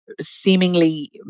seemingly